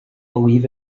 believe